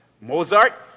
Mozart